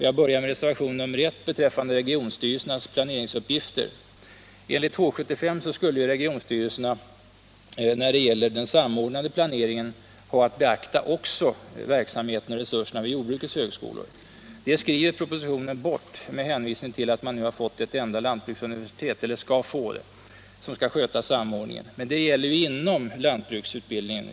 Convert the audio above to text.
Jag börjar med reservationen 1 beträffande regionstyrelsernas planeringsuppgifter. Enligt H 75 skulle regionstyrelserna när det gäller den samordnande planeringen ha att beakta också verksamheten och resurserna vid jordbrukets högskolor. Det skriver man i propositionen bort med hänvisning till att man nu skall få ett enda lantbruksinstitut som skall sköta samordningen. Men det gäller ju inom lantbruksutbildningen.